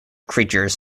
creatures